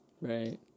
right